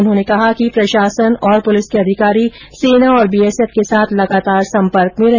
उन्होंने निर्देश दिए कि प्रशासन और पुलिस के अधिकारी सेना और बीएसएफ के साथ लगातार सम्पर्क में रहे